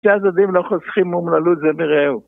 כי הצדדים לא חוסכים אומללות זה ברעהו